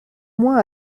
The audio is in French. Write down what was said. moins